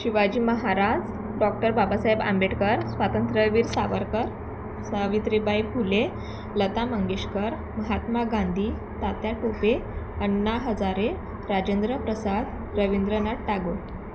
Shivaji Maharaj doctor Babasaheb Ambedkar Swatantryaveer Savarkar Savitribai Phule Lata Mangeshkar Mahatma Gandhi Tatya Tope Anna Hazare Rajendra Prasad Rabindranath Tagore